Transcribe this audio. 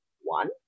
One